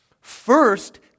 First